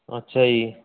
ਅੱਛਾ ਜੀ